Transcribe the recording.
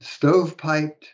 stovepiped